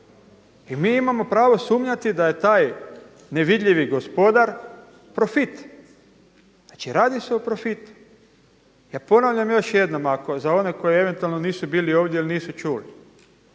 I mi imamo pravo sumnjati da je taj nevidljivi gospodar profit. Znači radi se o profitu. Ja ponavljam još jednom za one koji eventualno nisu bili ovdje ili nisu čuli.